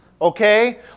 Okay